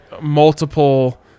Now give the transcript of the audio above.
multiple –